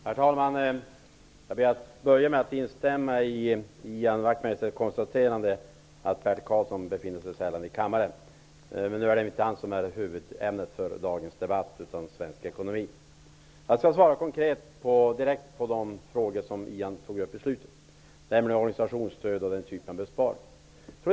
Herr talman! Jag vill börja med att instämma i Ian Wachtmeisters konstaterande att Bert Karlsson sällan befinner sig i kammaren. Men nu är det inte han utan svensk ekonomi som är huvudämnet för dagens debatt. Jag skall svara konkret och direkt på de frågor som Ian Wachtmeister tog upp i slutet av sitt inlägg, nämligen organisationsstöd och den typen av besparingar.